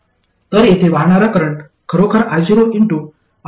तर येथे वाहणारा करंट खरोखर ioRDRDRL आहे